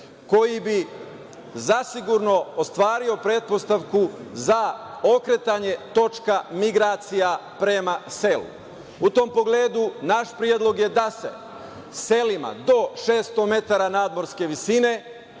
koji bi zasigurno ostvario pretpostavku za okretanje točka migracija prema selu.U tom pogledu, naš predlog je da se selima do 600 metara nadmorske visine